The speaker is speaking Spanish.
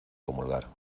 comulgar